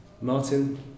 Martin